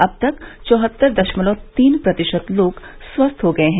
अब तक चौहत्तर दशमलव तीन प्रतिशत लोग स्वस्थ हो गये हैं